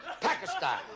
Pakistan